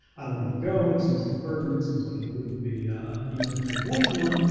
i don't want to go. it seems like a burden. it seems like it wouldn't be you know the kind of life you want.